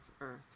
Earth